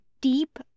deep